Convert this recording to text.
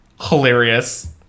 hilarious